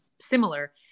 similar